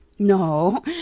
No